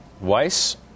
Weiss